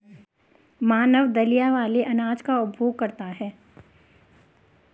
मानव दलिया वाले अनाज का उपभोग करता है